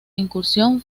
incursión